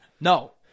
No